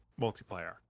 multiplayer